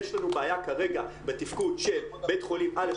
יש לנו בעיה כרגע בתפקוד של בית-חולים אל"ף,